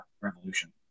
Revolution